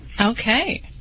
Okay